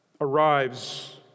arrives